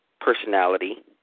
personality